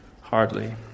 Hardly